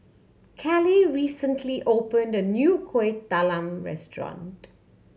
Caleigh recently opened a new Kueh Talam restaurant